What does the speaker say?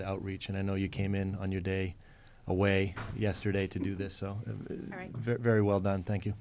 the outreach and i know you came in on your day away yesterday to do this so very very well done thank you